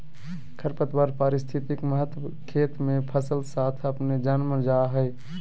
खरपतवार पारिस्थितिक महत्व खेत मे फसल साथ अपने जन्म जा हइ